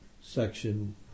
section